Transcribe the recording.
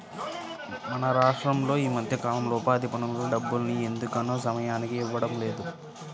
మన రాష్టంలో ఈ మధ్యకాలంలో ఉపాధి పనుల డబ్బుల్ని ఎందుకనో సమయానికి ఇవ్వడం లేదు